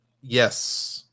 Yes